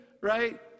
right